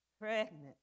pregnant